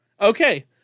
Okay